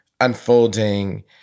unfolding